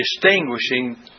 distinguishing